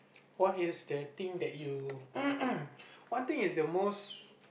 what is the thing that you what thing is the most